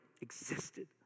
existed